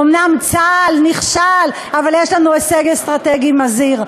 אומנם צה"ל נכשל, אבל יש לנו הישג אסטרטגי מזהיר.